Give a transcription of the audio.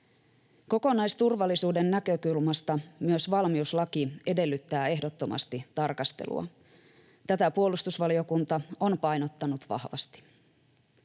Kokonaisturvallisuuden näkökulmasta myös valmiuslaki edellyttää ehdottomasti tarkastelua. Tätä puolustusvaliokunta on painottanut vahvasti.